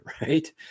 right